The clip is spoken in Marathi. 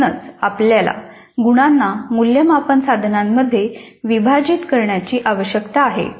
म्हणूनच आपल्याला गुणांना मूल्यमापन साधनांमध्ये विभाजित करण्याची आवश्यकता आहे